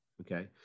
Okay